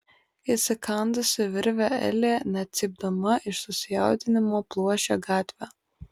įsikandusi virvę elė net cypdama iš susijaudinimo pluošė gatve